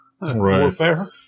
warfare